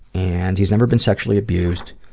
and he's never been sexually abused.